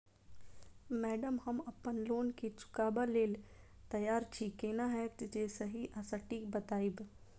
Madam हम अप्पन loan केँ चुकाबऽ लैल तैयार छी केना हएत जे सही आ सटिक बताइब?